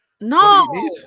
No